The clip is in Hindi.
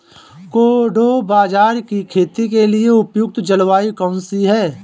कोडो बाजरा की खेती के लिए उपयुक्त जलवायु कौन सी है?